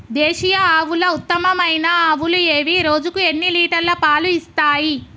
దేశీయ ఆవుల ఉత్తమమైన ఆవులు ఏవి? రోజుకు ఎన్ని లీటర్ల పాలు ఇస్తాయి?